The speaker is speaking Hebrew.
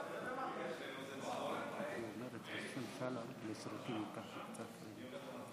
על פי בקשתם של 40 חברי כנסת תחת הכותרת: